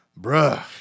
bruh